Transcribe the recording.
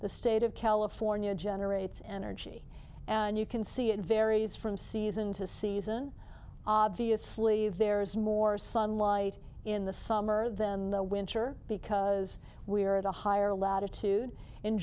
the state of california generates energy and you can see it varies from season to season obviously there is more sunlight in the summer than the winter because we are at a higher latitude in